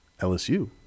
LSU